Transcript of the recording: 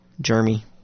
Jeremy